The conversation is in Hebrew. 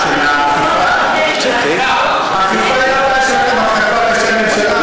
השנה יש לנו ניצול, אתה מוכן לבדוק את המספרים, ?